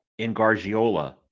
Ingargiola